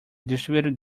distributed